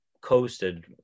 coasted